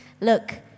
Look